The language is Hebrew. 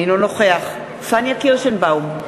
אינו נוכח פניה קירשנבאום,